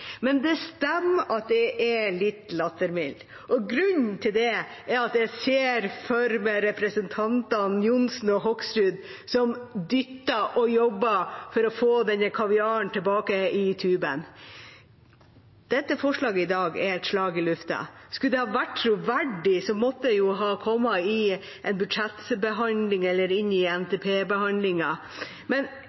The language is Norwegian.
Men det stemmer at jeg er litt lattermild. Og grunnen til det er at jeg ser for meg representantene Johnsen og Hoksrud som dytter og jobber for å få denne kaviaren tilbake i tuben. Dette forslaget er et slag i lufta. Skulle det ha vært troverdig, måtte det jo ha kommet i en budsjettbehandling eller i